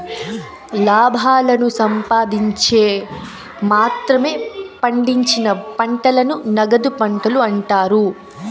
లాభాలను సంపాదిన్చేకి మాత్రమే పండించిన పంటలను నగదు పంటలు అంటారు